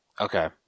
Okay